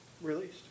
released